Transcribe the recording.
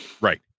Right